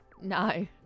No